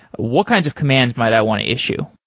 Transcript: what kinds of commands might i want to issue?